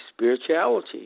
spirituality